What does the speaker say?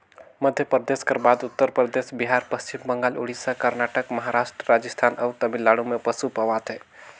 मध्यपरदेस कर बाद उत्तर परदेस, बिहार, पच्छिम बंगाल, उड़ीसा, करनाटक, महारास्ट, राजिस्थान अउ तमिलनाडु में पसु पवाथे